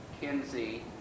Kinsey